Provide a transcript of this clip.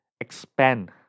expand